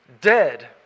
dead